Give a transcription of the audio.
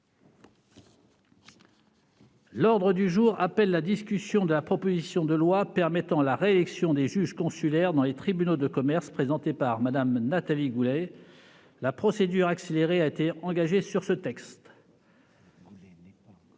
L'ordre du jour appelle la discussion de la proposition de loi permettant la réélection des juges consulaires dans les tribunaux de commerce, présentée par Mme Nathalie Goulet (proposition n° 674, texte